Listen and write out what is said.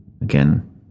Again